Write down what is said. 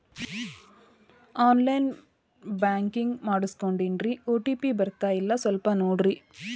on line banking ಮಾಡಿಸ್ಕೊಂಡೇನ್ರಿ OTP ಬರ್ತಾಯಿಲ್ಲ ಸ್ವಲ್ಪ ನೋಡ್ರಿ